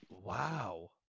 wow